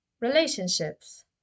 relationships